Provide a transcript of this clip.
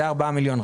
זה 4 מיליון.